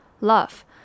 love